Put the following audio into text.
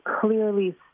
clearly